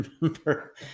remember